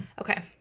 Okay